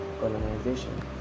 colonization